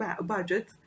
budget